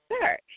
Sir